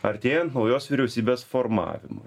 artėjant naujos vyriausybės formavimui